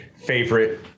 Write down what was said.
favorite